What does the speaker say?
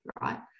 right